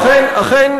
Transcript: אכן,